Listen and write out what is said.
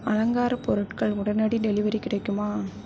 அலங்கார பொருட்கள் உடனடி டெலிவரி கிடைக்குமா